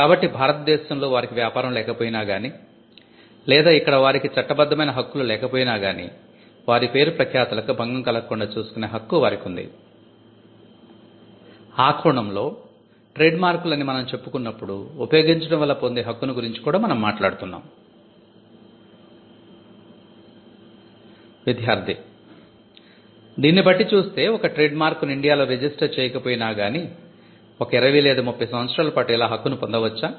కాబట్టి భారత దేశంలో వారికి వ్యాపారం లేకపోయినా గానీ లేదా ఇక్కడ వారికి చట్టబద్ధమైన హక్కులు లేకపోయినా గానీ వారి పేరు ప్రఖ్యాతలకు భంగం కలగకుండా చూసుకునే హక్కు వారికుంది ఆ కోణంలో ట్రేడ్ మార్క్ లు అని మనం చెప్పుకున్నప్పుడు ఉపయోగించడం వల్ల పొందే హక్కుని గురించి కూడా మనం మాట్లాడుతున్నాం విద్యార్ధి దీన్ని బట్టి చూస్తే ఒక ట్రేడ్మార్క్ ను ఇండియా లో రిజిస్టర్ చేయకపోయినా గానీ ఒక 20 లేదా 30 సంవత్సరాల పాటు ఇలా హక్కును పొందవచ్చా